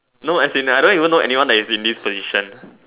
no as in I don't even know anyone who is in this position